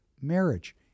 marriage